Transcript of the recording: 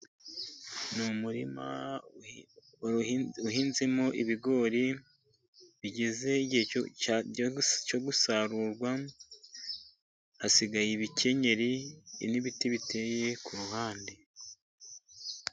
Ni umurima uhinzemo ibigori bigeze igihe cyo gusarurwa, hasigaye ibikenyeri n'ibiti biteye ku ruhande.